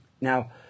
Now